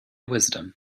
wisdom